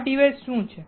આ ડિવાઇસ શું છે